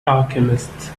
alchemist